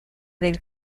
del